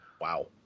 Wow